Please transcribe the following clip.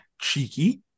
cheeky